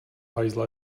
hajzla